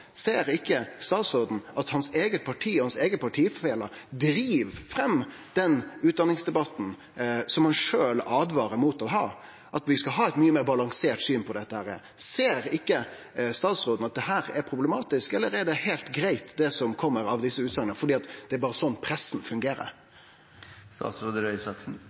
Ser ikkje statsråden at hans eige parti og hans eigne partifellar driv fram den debatten om utdanning som han sjølv åtvarar mot å ha, at vi skal ha eit mykje meir balansert syn på dette? Ser ikkje statsråden at dette er problematisk, eller er det heilt greitt det som kjem av desse utsegnene fordi sånn fungerer pressa berre?